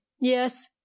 yes